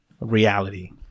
reality